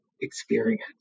experience